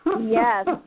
Yes